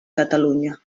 catalunya